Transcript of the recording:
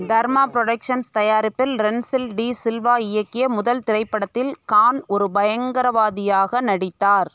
தர்மா productions தயாரிப்பில் Rensil D'Silva இயக்கிய முதல் திரைப்படத்தில் கான் ஒரு பயங்கரவாதியாக நடித்தார்